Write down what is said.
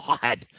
god